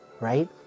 right